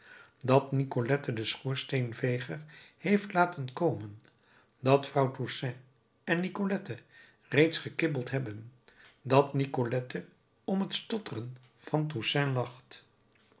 dat nicolette den schoorsteenveger heeft laten komen dat vrouw toussaint en nicolette reeds gekibbeld hebben dat nicolette om het stotteren van toussaint lacht